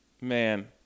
Man